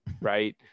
Right